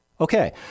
Okay